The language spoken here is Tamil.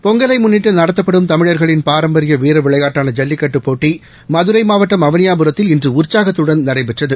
பொங்கலை முன்னிட்டு நடத்தப்படும் தமிழர்களின் பாரம்பரிய வீர விளையாட்டான ஜல்லிக்கட்டு போட்டி மதுரை மாவட்டம் அவனியாபுரத்தில் இன்று உற்சாகத்துடன் நடைபெற்றது